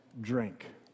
drink